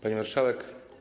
Pani Marszałek!